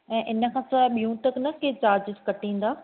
ऐं इनखां सवाइ ॿियूं त न के चार्जेस कटीन्दा